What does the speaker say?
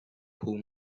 pull